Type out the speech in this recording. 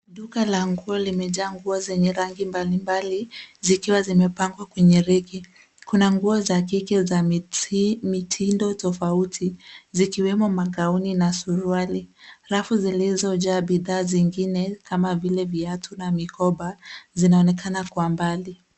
Duka la nguo limejaa nguo zenye rangi mbalimbali zikiwa zimepangwa kwenye reki. Kuna nguo za kike za mitindo tofauti zikiwemo magauni na suruali. Rafu zilizojaa bidhaa zingine kama vile viatu na mikoba zinaonekana kwa mbali.